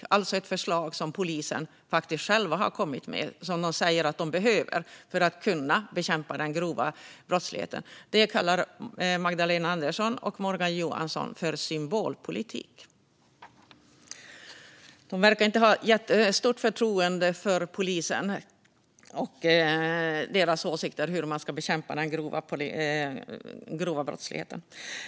Det är alltså ett förslag som polisen själv har kommit med och som de säger att de behöver för att kunna bekämpa den grova brottsligheten. Det kallar Magdalena Andersson och Morgan Johansson symbolpolitik. De verkar inte ha jättestort förtroende för polisen och deras åsikter om hur man ska bekämpa den grova brottsligheten.